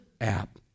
app